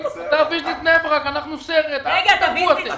האמיתית היא מתי הוועדה הזאת,